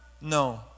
No